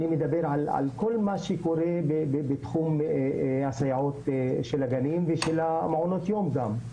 אני מדבר על כל מה שקורה בתחום הסייעות של הגנים ושל המעונות יום גם.